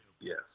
Yes